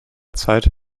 zeit